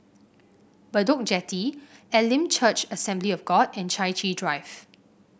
Bedok Jetty Elim Church Assembly of God and Chai Chee Drive